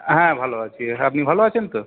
হ্যাঁ ভালো আছি হ্যাঁ আপনি ভালো আছেন তো